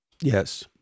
Yes